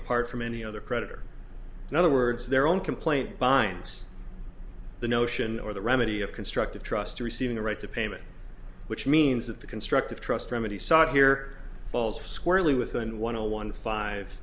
apart from any other creditor in other words their own complaint binds the notion or the remedy of constructive trust to receiving a right to payment which means that the constructive trust remedy sought here falls squarely within one hundred one five